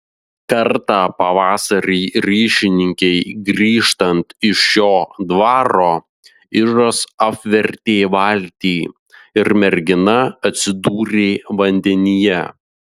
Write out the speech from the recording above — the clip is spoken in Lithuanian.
kartą pavasarį ryšininkei grįžtant iš šio dvaro ižas apvertė valtį ir mergina atsidūrė vandenyje